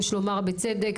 יש לומר בצדק,